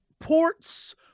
ports